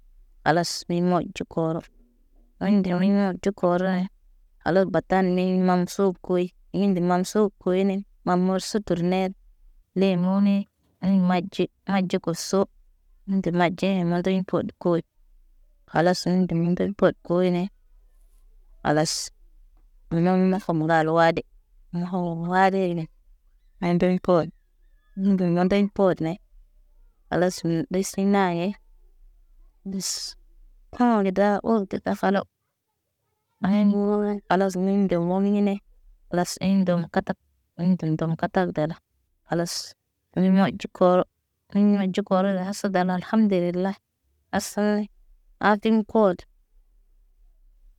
Khalas miɲ moɟo koro. Aynde moɟo koro ɲe. Khalas batan mimaŋg sukuy, iŋg nde mam suuk kuɲu nen, mam mor suternel lemuni aɲe maɟe, maɟe got so. Min kə maʄ ɟe mandaɲ pət kowoc. Khalas miŋg ga mindeɲ pət koone; Khalas, naŋg nakhum ŋgal wade, na horor waade ne, mem ndem pootə, nundə mundeɲ pot ne; Khalas mi ɗisiɲ naaŋge. Dus, haane dawul kə tafano. Ɗaŋge mbuur, khalas minde momine khalas iŋg ndo katak. Iŋg ndom, ndom katak dala, khalas min moʄ ɟo koro. Iŋg moʄ koro hasa dalal alhamdililah, asay ardi kood.